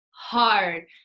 hard